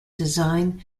design